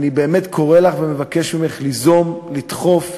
אני באמת קורא לך ומבקש ממך ליזום, לדחוף,